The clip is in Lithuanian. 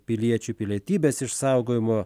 piliečių pilietybės išsaugojimu